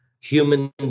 human